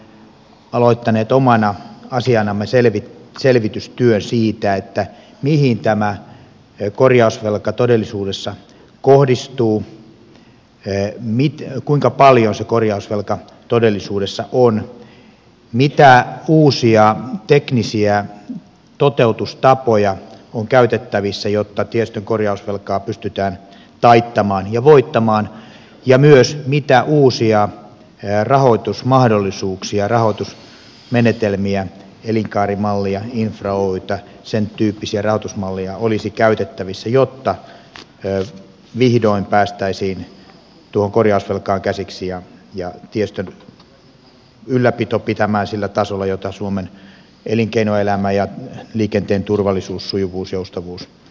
olemme aloittaneet omana asianamme selvitystyön siitä mihin tämä korjausvelka todellisuudessa kohdistuu kuinka paljon se korjausvelka todellisuudessa on mitä uusia teknisiä toteutustapoja on käytettävissä jotta tiestön korjausvelkaa pystytään taittamaan ja voittamaan ja myös siitä mitä uusia rahoitusmahdollisuuksia rahoitusmenetelmiä elinkaarimallia infra oytä sen tyyppisiä rahoitusmalleja olisi käytettävissä jotta vihdoin päästäisiin tuohon korjausvelkaan käsiksi ja tiestön ylläpito pitämään sillä tasolla jota suomen elinkeinoelämä ja liikenteen turvallisuus sujuvuus joustavuus edellyttävät